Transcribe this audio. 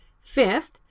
Fifth